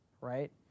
right